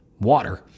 water